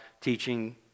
teaching